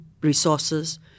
resources